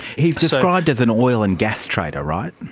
he's described as an oil and gas trader, right?